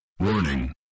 Warning